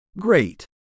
Great